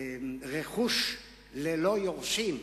רכוש ללא יורשים,